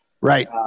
right